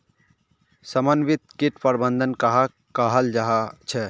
समन्वित किट प्रबंधन कहाक कहाल जाहा झे?